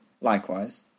Likewise